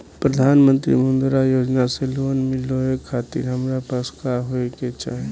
प्रधानमंत्री मुद्रा योजना से लोन मिलोए खातिर हमरा पास का होए के चाही?